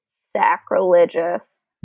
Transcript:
sacrilegious